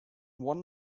one